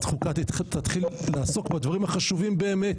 חוקה תתחיל לעסוק בדברים החשובים באמת